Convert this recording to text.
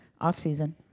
off-season